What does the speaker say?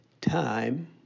time